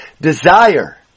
desire